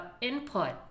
input